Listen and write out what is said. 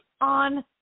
on